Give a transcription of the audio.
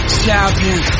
champion